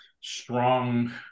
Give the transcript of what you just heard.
strong